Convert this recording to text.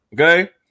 Okay